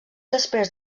després